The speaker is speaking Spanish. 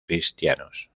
cristianos